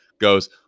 goes